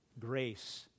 grace